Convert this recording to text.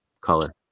color